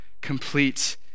complete